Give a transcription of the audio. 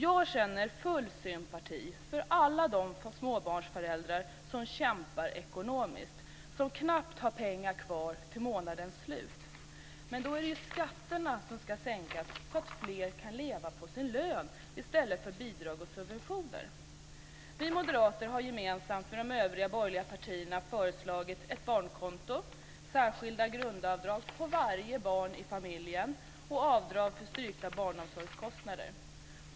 Jag känner full sympati för alla de småbarnsföräldrar som kämpar ekonomiskt och som knappt har pengar kvar till månadens slut. Men då är det skatterna som ska sänkas så att fler kan leva på sin lön i stället för på bidrag och subventioner. Vi moderater har gemensamt med de övriga borgerliga partierna föreslagit ett barnkonto, särskilda grundavdrag för varje barn i familjen och avdrag för styrkta barnomsorgskostnader.